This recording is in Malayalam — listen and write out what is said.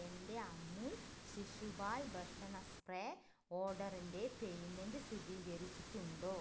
എന്റെ അമൂൽ ശിശു പാൽ ഭക്ഷണ സ്പ്രേ ഓർഡറിന്റെ പേയ്മെൻറ് സ്ഥിരീകരിച്ചിട്ടുണ്ടോ